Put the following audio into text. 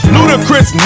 Ludicrous